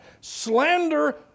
Slander